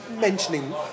mentioning